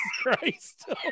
Christ